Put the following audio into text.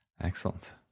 Excellent